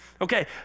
Okay